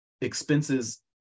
expenses